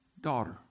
Daughter